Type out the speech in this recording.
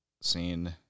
scene